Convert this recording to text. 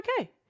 okay